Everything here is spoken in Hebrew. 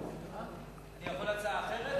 אני יכול הצעה אחרת?